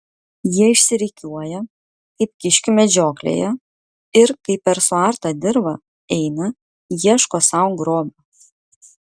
jie išsirikiuoja kaip kiškių medžioklėje ir kaip per suartą dirvą eina ieško sau grobio